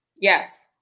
Yes